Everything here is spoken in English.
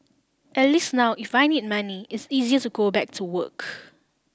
at least now if I need money it's easier to go back to work